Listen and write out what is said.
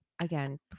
Again